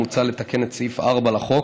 מוצע לתקן את סעיף 4 לחוק